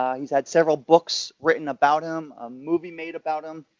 um he's had several books written about him, a movie made about him.